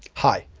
hi!